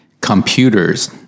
computers